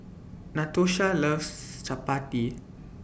Natosha loves Chappati